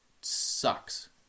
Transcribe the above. sucks